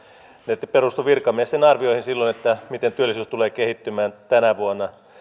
perustuivat silloin virkamiesten arvioihin siitä miten työllisyys tulee kehittymään tänä vuonna